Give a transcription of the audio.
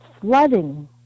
flooding